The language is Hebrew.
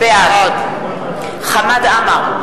בעד חמד עמאר,